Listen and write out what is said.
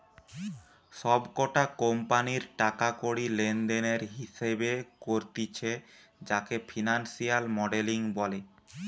সব কটা কোম্পানির টাকা কড়ি লেনদেনের হিসেবে করতিছে যাকে ফিনান্সিয়াল মডেলিং বলে